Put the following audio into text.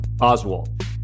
Oswald